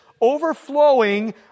overflowing